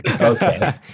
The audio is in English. Okay